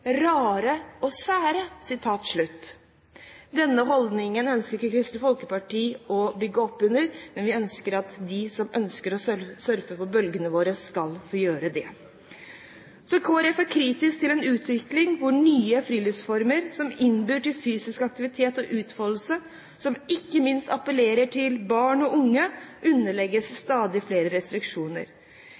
sære». Denne holdningen ønsker ikke Kristelig Folkeparti å bygge opp under. Vi ønsker at de som ønsker å surfe på bølgene våre, skal få gjøre det. Så Kristelig Folkeparti er kritisk til en utvikling hvor nye friluftsformer som innbyr til fysisk aktivitet og utfoldelse, og som ikke minst appellerer til barn og unge, underlegges stadig flere restriksjoner.